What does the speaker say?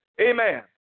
amen